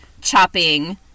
chopping